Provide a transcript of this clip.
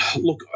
look